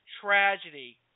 tragedy